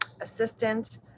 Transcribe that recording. assistant